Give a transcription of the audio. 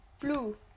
blue